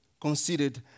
considered